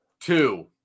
Two